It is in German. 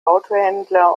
autohändler